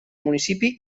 municipi